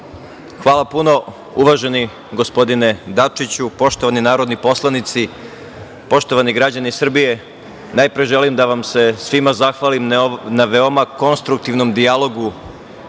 Hvala puno, uvaženi gospodine Dačiću. Poštovani narodni poslanici, poštovani građani Srbije, najpre želim da vam se svima zahvalim na veoma konstruktivnom dijalogu